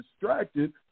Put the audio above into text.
distracted